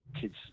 kids